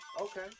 okay